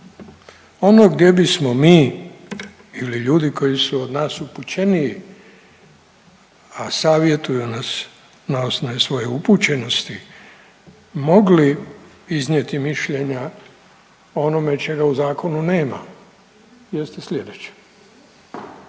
ono gdje bismo mi ili ljudi koji su od nas upućeniji, a savjetuju nas na osnovi svoje upućenosti mogli iznijeti mišljenja o onome čega u zakonu nema jeste slijedeće.